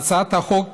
בהצעת החוק